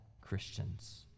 Christians